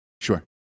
Sure